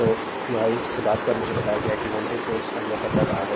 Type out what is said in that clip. तो यह इस पर है मुझे बताया गया है कि वोल्टेज सोर्स अवलोकन कर रहा है